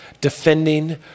defending